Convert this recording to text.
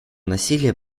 насилие